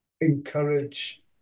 encourage